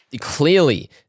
Clearly